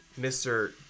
Mr